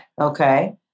Okay